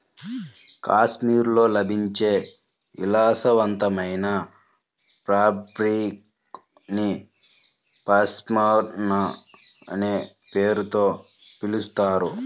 కాశ్మీర్లో లభించే విలాసవంతమైన ఫాబ్రిక్ ని పష్మినా అనే పేరుతో పిలుస్తారు